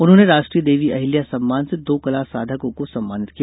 उन्होंने राष्ट्रीय देवी अहिल्या सम्मान से दो कला साधको को सम्मानित किया